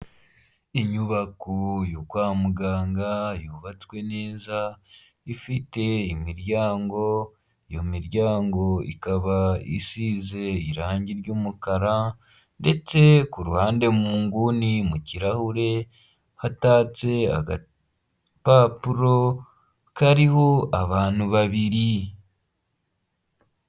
Inyubako yo kwa muganga yubatswe neza, ifite imiryango iyo miryango ikaba isize irangi ry'umukara, ndetse ku ruhande mu nguni mu kirahure hatatse agapapuro kariho abantu babiri.